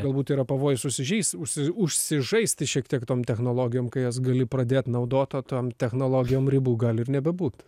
galbūt yra pavojus užsižaisti šiek tiek tom technologijom kai jas gali pradėt naudot tom technologijom ribų gali ir nebebūt